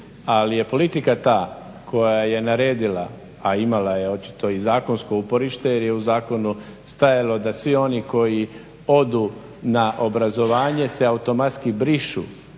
Ali je politika ta koja je naredila, a imala je očito i zakonsko uporište jer je u zakonu stajalo da svi oni koji odu na obrazovanje se automatski brišu